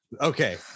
Okay